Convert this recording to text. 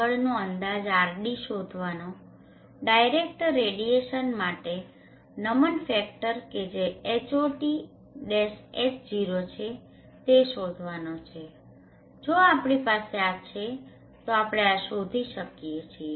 આગળનો અંદાજ RD શોધવાનો ડાયરેક્ટ રેડીયેશન માટે નમન ફેક્ટર કે જે HotH0 છે તે શોધવાનો છે જો આપણી પાસે આ છે તો આપણે આ શોધી શકીએ છીએ